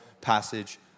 passage